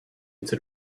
into